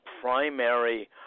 primary